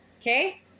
Okay